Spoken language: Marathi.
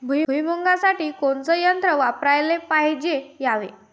भुइमुगा साठी कोनचं तंत्र वापराले पायजे यावे?